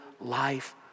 life